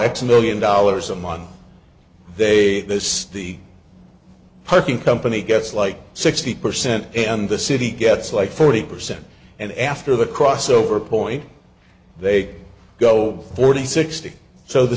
a million dollars a month they miss the parking company gets like sixty percent and the city gets like thirty percent and after the crossover point they go forty sixty so the